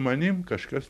manim kažkas